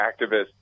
activists